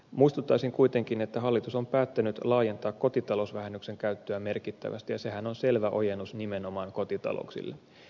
muistuttaisin kuitenkin että hallitus on päättänyt laajentaa kotitalousvähennyksen käyttöä merkittävästi ja sehän on selvä ojennus nimenomaan kotitalouksille